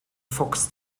fox